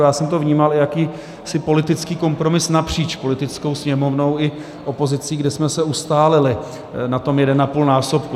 Já jsem to vnímal jako jakýsi politický kompromis napříč politickou sněmovnou i opozicí, kde jsme se ustálili na tom 1,5násobku.